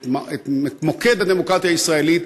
את מוקד הדמוקרטיה הישראלית,